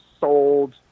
sold